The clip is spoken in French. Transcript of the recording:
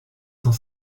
cent